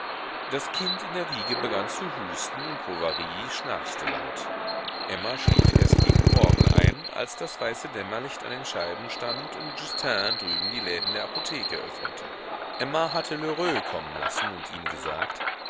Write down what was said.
das kind in der wiege begann zu husten und bovary schnarchte laut emma schlief erst gegen morgen ein als das weiße dämmerlicht an den scheiben stand und justin drüben die läden der apotheke öffnete emma hatte lheureux kommen lassen und ihm gesagt